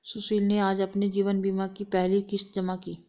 सुशील ने आज अपने जीवन बीमा की पहली किश्त जमा की